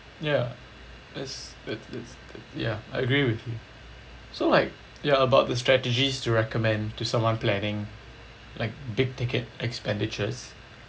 ya it's it is ya I agree with you so like ya about the strategies to recommend to someone planning like big ticket expenditures